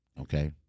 okay